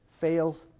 fails